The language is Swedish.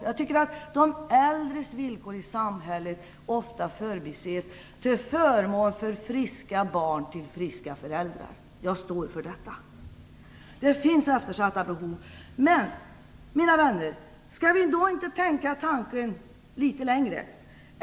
Jag tycker att de äldres villkor i samhället ofta förbises till förmån för friska barn till friska föräldrar. Jag står för den uppfattningen. Det finns eftersatta behov. Men, mina vänner, skall vi då inte tänka tanken litet längre?